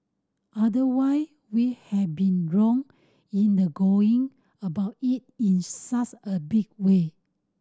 otherwise we have been wrong in the going about it in such as big way